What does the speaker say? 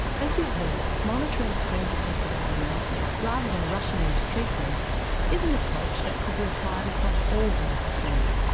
as you heard, monitoring screen-detected abnormalities rather than rushing in to treat them is an approach that could be applied across all cancer screening.